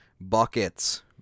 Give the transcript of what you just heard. Buckets